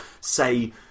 say